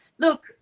Look